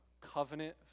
covenant